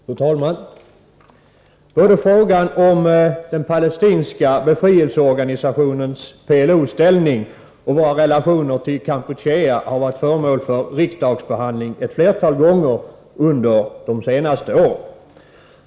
Fru talman! Både frågan om den Palestinska befrielseorganisationens ställning och frågan om våra relationer till Kampuchea har varit föremål för riksdagsbehandling ett flertal gånger under de senaste åren.